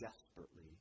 desperately